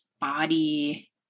body